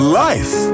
life